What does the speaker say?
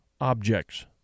objects